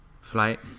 flight